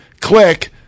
Click